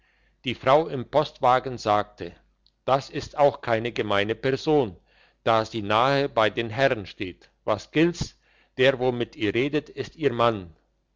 die frau im postwagen sagte das ist auch keine gemeine person da sie nahe bei den herren steht was gilt's der wo mit ihr redet ist ihr mann